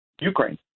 Ukraine